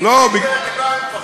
הם לא היו מפרקים.